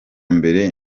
mbere